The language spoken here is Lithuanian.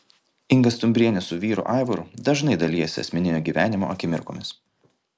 inga stumbrienė su vyru aivaru dažnai dalijasi asmeninio gyvenimo akimirkomis